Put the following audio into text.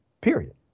period